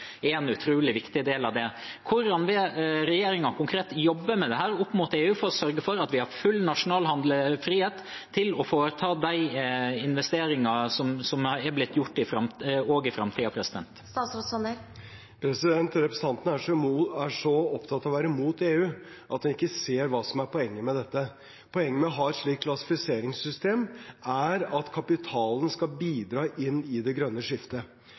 en utrolig viktig del av det. Hvordan vil regjeringen konkret jobbe med dette opp mot EU for å sørge for at vi har full nasjonal handlefrihet til å foreta de investeringene som er blitt gjort, også i framtiden? Representanten er så opptatt av å være mot EU at han ikke ser hva som er poenget med dette. Poenget med å ha et slikt klassifiseringssystem er at kapitalen skal bidra inn i det grønne skiftet.